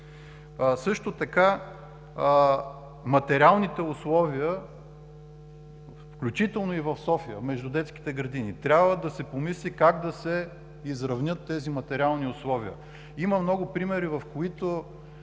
Също така материалните условия, включително и в София, между детските градини. Трябва да се помисли как да се изравнят тези материални условия. Има много примери, в които